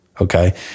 Okay